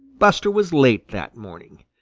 buster was late that morning.